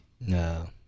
No